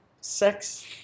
sex